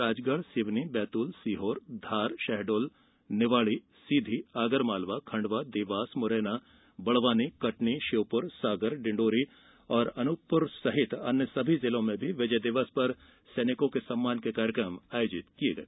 राजगढ़ सिवनी बैतूल सीहोर धार शहडोल निवाडी सीधी आगरमालवा खंडवा देवास मुरैना बड़वानी कटनी श्योपुर सागर डिंडोरी और अनूपपुर सहित सभी जिलों में विजय दिवस पर सैनिकों के सम्मान में कार्यकम आयोजित किये गये